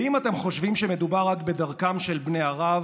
ואם אתם חושבים שמדובר רק בדרכם של בני ערב,